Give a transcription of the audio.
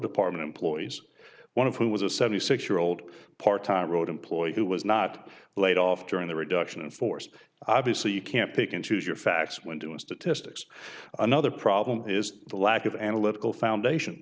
department employees one of whom was a seventy six year old part time road employee who was not laid off during the reduction in force obviously you can't pick and choose your facts when doing statistics another problem is the lack of analytical foundation